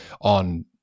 on